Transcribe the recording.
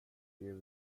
det